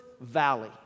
valley